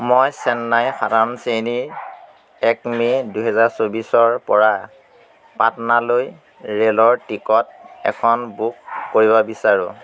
মই চেন্নাই সাধাৰণ শ্ৰেণীৰ এক মে' দুহেজাৰ চৌবিছৰপৰা পাটনালৈ ৰে'লৰ টিকট এখন বুক কৰিব বিচাৰো